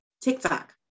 TikTok